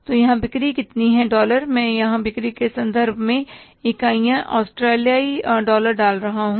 तो यहां बिक्री कितनी है डॉलर मैं यहां बिक्री के संदर्भ में इकाइयां ऑस्ट्रेलियाई डॉलर डाल रहा हूं